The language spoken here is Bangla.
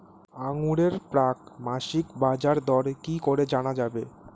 আঙ্গুরের প্রাক মাসিক বাজারদর কি করে জানা যাবে?